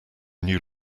new